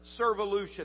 servolution